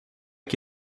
que